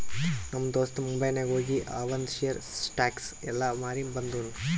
ನಮ್ ದೋಸ್ತ ಮುಂಬೈನಾಗ್ ಹೋಗಿ ಆವಂದ್ ಶೇರ್, ಸ್ಟಾಕ್ಸ್ ಎಲ್ಲಾ ಮಾರಿ ಬಂದುನ್